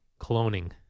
Cloning